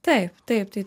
taip taip tai